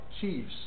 chiefs